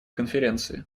конференции